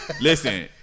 Listen